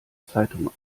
zeitung